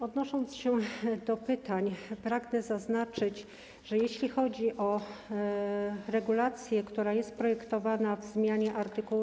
Odnosząc się do pytań, pragnę zaznaczyć, że jeśli chodzi o regulację, która jest projektowana w zmianie art.